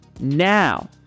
Now